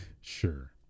sure